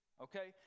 okay